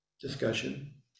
discussion